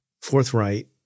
forthright